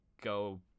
go